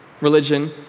religion